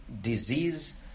disease